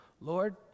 Lord